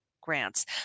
grants